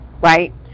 right